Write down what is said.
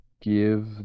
give